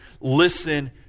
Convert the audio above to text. listen